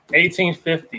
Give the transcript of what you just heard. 1850